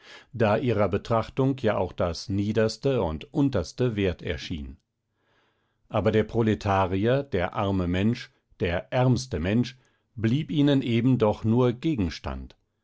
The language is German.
da ihrer betrachtung ja auch das niederste und unterste wert erschien aber der proletarier der arme mensch der ärmste mensch blieb ihnen eben doch nur gegenstand